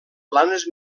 planes